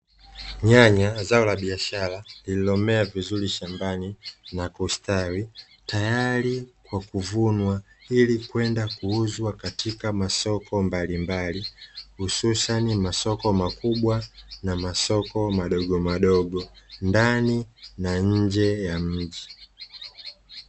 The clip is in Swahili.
Nyanya zao la biashara lililomea vizuri shambani na kustawi tayari kwa kuvunwa, ili kwenda kuuzwa katika masoko mbalimbali hususani masoko makubwa na masoko madogomadogo ndani na nje ya mji.